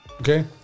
Okay